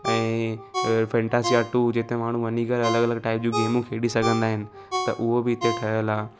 ऐं Fantasia tour जिते माण्हू वञी करे अलॻि अलॻि टाइप जूं गेमूं खेॾी सघंदा आहिनि त उहे बि हिते ठहियलु आहे